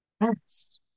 Yes